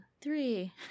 three